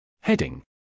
Heading